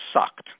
sucked